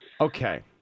Okay